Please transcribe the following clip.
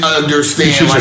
understand